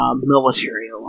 military